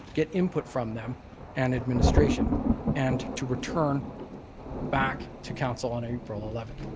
get input from them and administration and to return back to council on april eleventh.